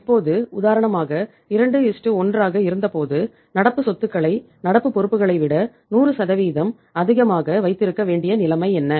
இப்போது உதாரணமாக 21 ஆக இருந்தபோது நடப்பு சொத்துக்களை நடப்பு பொறுப்புகளை விட 100 அதிகமாக வைத்திருக்க வேண்டிய நிலைமை என்ன